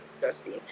Justine